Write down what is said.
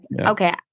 okay